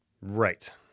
Right